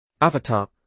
Avatar